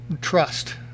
trust